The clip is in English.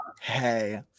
hey